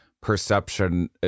perception